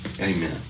Amen